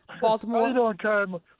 baltimore